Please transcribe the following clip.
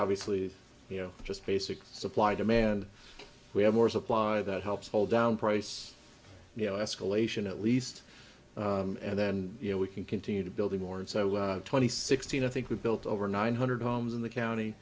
obviously you know just basic supply demand we have more supply that helps hold down price you know escalation at least and then you know we can continue to build more and so twenty sixteen i think we've built over nine hundred homes in the county